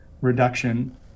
reduction